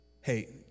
hey